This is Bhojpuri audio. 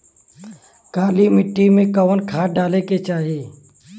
काली मिट्टी में कवन खाद डाले के चाही?